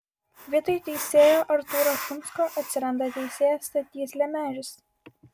vietoj teisėjo artūro šumsko atsiranda teisėjas stasys lemežis